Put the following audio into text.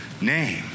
name